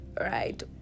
right